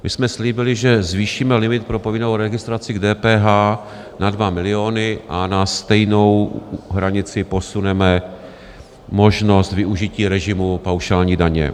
My jsme slíbili, že zvýšíme limit pro povinnou registraci k DPH na 2 miliony a na stejnou hranici posuneme možnost využití režimu paušální daně.